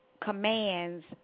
commands